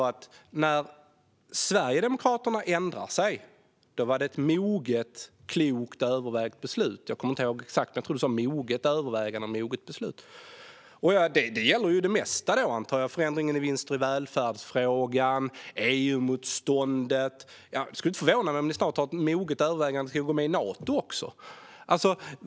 När Sverigedemokraterna ändrar sig är det efter moget övervägande. Det gäller väl det mesta då, antar jag, såsom förändringen när det gäller vinster i välfärden och EU-motståndet. Det skulle inte förvåna mig om ni efter moget övervägande snart vill gå med i Nato.